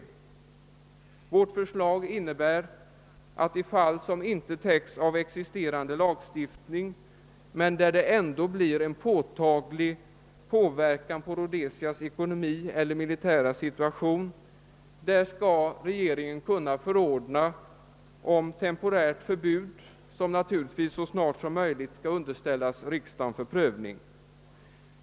Vårt förslag innebär att regeringen i fall som inte täcks av existerande lagstiftning men där det ändå blir en påtaglig inverkan på Rhodesias ekonomi eller militära situation skall kunna förordna om temporärt förbud, som naturligtvis så snart som möj ligt skall underställas riksdagen för prövning.